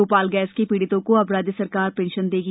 भोपाल के गैस पीड़ितों को अब राज्य सरकार पेंशन देगी